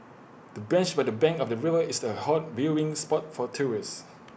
the bench by the bank of the river is the hot viewing spot for tourists